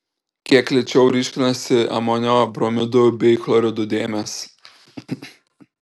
kiek lėčiau ryškinasi amonio bromidų bei chloridų dėmės